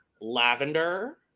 lavender